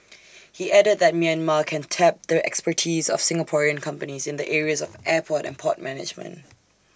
he added that Myanmar can tap the expertise of Singaporean companies in the areas of airport and port management